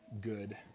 good